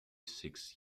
six